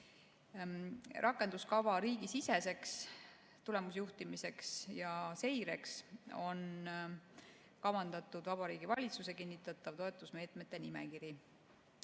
Rakenduskava riigisiseseks tulemusjuhtimiseks ja seireks on kavandatud Vabariigi Valitsuse kinnitatav toetusmeetmete nimekiri.